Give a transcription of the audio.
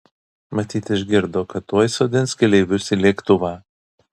matyt išgirdo kad tuoj sodins keleivius į lėktuvą